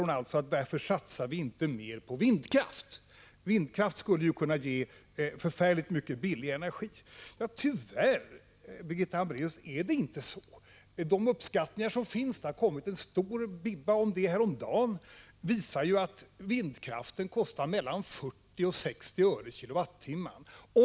Hon talar om orsakerna till varför vi inte satsar mer på vindkraft. Vindkraft skulle ju kunna ge förfärligt mycket billig energi. Tyvärr, Birgitta Hambraeus, är det inte så. De uppskattningar som finns, det har kommit en stor bibba om det häromdagen, visar att vindkraft kostar mellan 40 och 60 öre per kilowattimme.